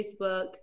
facebook